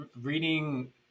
Reading